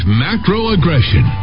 macro-aggression